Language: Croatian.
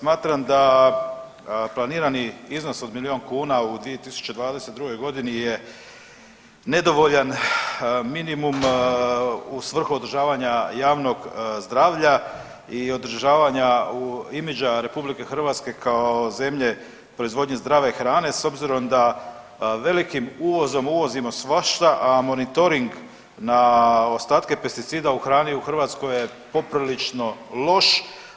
Smatram da planirani iznos od milijun kuna u 2022.g. je nedovoljan, minimum u svrhu održavanja javnog zdravlja i održavanja imidža RH kao zemlje proizvodnje zdrave hrane s obzirom da velikim uvozom uvozimo svašta, a monitoring na ostatke pesticida u hrani u Hrvatskoj je poprilično loš.